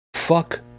Fuck